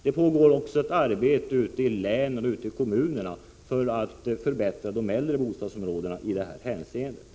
Det pågår också ett arbete ute i länen och kommunerna för att förbättra de äldre bostadsområdena i detta hänseende.